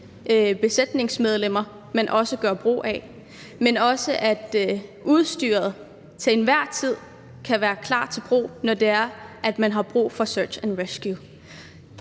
besætningsmedlemmer, man også gør brug af, men også at udstyret til enhver tid kan være klar til brug, når man har brug for Search and Rescue.